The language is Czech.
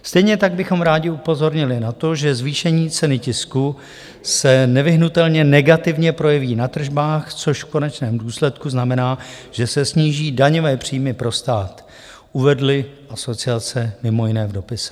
Stejně tak bychom rádi upozornili na to, že zvýšení ceny tisku se nevyhnutelně negativně projeví na tržbách, což v konečném důsledku znamená, že se sníží daňové příjmy pro stát, uvedly asociace mimo jiné v dopise.